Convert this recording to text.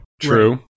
True